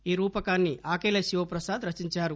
ఈ రూపకాన్ని ఆకెళ్ల శివప్రసాద్ రచించారు